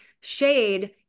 shade